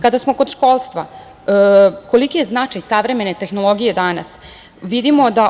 Kada smo kod školstva, koliki je značaj savremene tehnologije danas vidimo da…